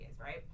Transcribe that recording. right